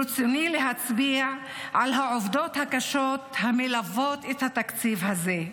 ברצוני להצביע על העובדות הקשות המלוות את התקציב הזה,